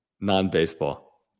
Non-baseball